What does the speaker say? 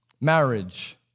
marriage